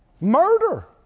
Murder